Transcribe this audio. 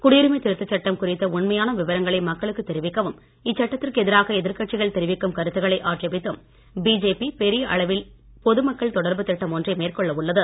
குடியுரிமை திருத்த சட்டம் குறித்த உண்மையான விவரங்களை மக்களுக்கு தெரிவிக்கவும் இச்சட்டத்திற்கு எதிராக எதிர்கட்சிகள் தெரிவிக்கும் கருத்துக்களை ஆட்சேபித்தும் பிஜேபி பெரிய அளவில் பொது மக்கள் தொடர்பு திட்டம் ஒன்றை மேற்கொள்ள உள்ளது